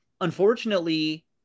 unfortunately